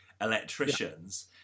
electricians